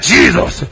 Jesus